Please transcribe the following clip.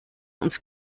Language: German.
uns